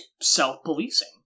self-policing